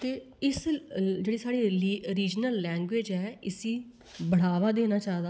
ते जेह्ड़ी साढ़ी रीज़नल लैंग्वेज़ ऐ इसी बढ़ावा देना चाहिदा